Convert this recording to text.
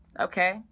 Okay